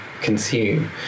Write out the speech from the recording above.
consume